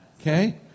Okay